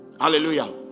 Hallelujah